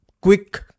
quick